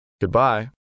Goodbye